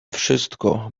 wszystko